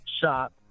shop